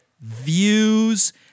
Views